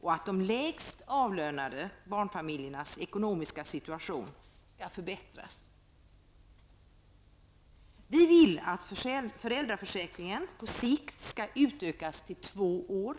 och att de lägst avlönade barnfamiljernas ekonomiska situation skall förbättras. Vi vill att föräldraförsäkringen på sikt skall utökas till två år.